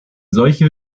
solche